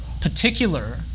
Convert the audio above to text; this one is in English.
particular